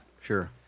sure